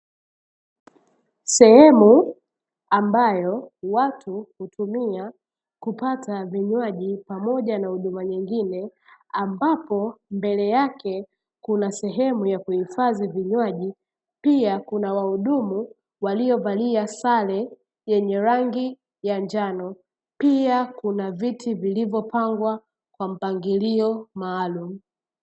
Sehemu ambayo watu hutumia kupata vinywaji pamoja na huduma nyingine, ambapo mbele yake kuna sehemu ya kuhifadhi vinywaji. Pia kuna wahudumu waliovalia sare yenye rangi ya njano. Pia kuna viti vilivyopangwa kwa mpangilio maalumu.